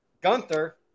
Gunther